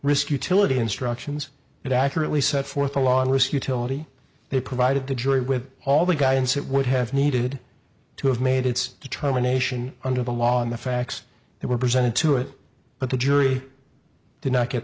risk utility instructions that accurately set forth the law and risk utility they provided the jury with all the guidance it would have needed to have made its determination under the law and the facts that were presented to it but the jury did not get